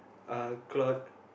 uh Claude